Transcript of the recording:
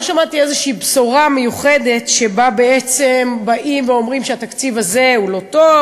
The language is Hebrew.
לא שמעתי איזושהי בשורה מיוחדת שבה בעצם אומרים שהתקציב הזה הוא לא טוב,